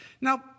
Now